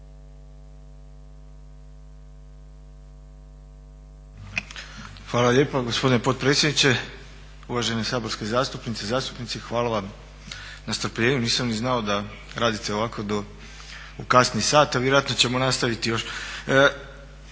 Hvala lijepa gospodine potpredsjedniče, uvaženi saborski zastupnici i zastupnice. Hvala vam na strpljenju. Nisam ni znao da radite ovako do u kasni sat, a vjerojatno ćemo nastaviti još.